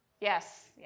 yes